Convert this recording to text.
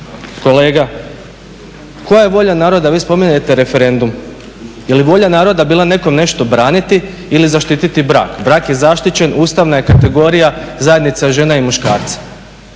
Kolega, koja je volja naroda? Vi spominjete referendum, je li volja naroda bila nekom nešto braniti ili zaštititi brak? Brak je zaštićen, ustavna je kategorija, zajednica žene i muškarca.